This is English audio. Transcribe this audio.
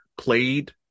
played